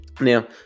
Now